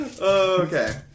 Okay